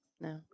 No